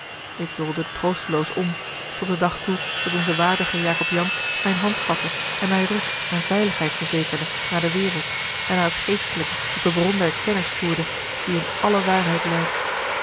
ik doolde troosteloos om tot den dag toe dat onze waardige jacob jansz mijne hand vatte en mij rust en veiligheid verzekerde naar de wereld en naar t geestelijke tot de bron der kennis voerde die in alle waarheid leidt